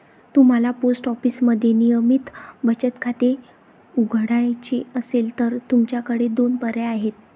तुम्हाला पोस्ट ऑफिसमध्ये नियमित बचत खाते उघडायचे असेल तर तुमच्याकडे दोन पर्याय आहेत